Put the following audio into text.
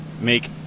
make